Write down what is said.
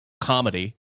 comedy